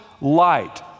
light